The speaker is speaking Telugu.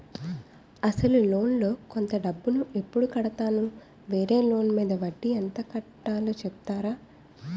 అసలు లోన్ లో కొంత డబ్బు ను ఎప్పుడు కడతాను? వేరే లోన్ మీద వడ్డీ ఎంత కట్తలో చెప్తారా?